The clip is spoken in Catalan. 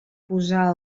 posar